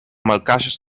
malkaŝas